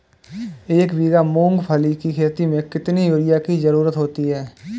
एक बीघा मूंगफली की खेती में कितनी यूरिया की ज़रुरत होती है?